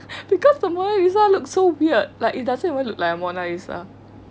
because the mona lisa looks so weird like it doesn't even look like a mona lisa ah